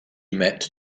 met